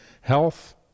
health